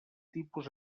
tipus